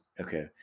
okay